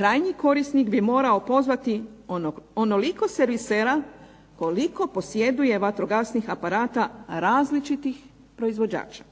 krajnji korisnik bi morao pozvati onoliko servisera koliko posjeduje vatrogasnih aparata različitih proizvođača.